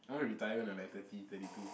I wanna retire when I like thirty thirty two